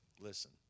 listen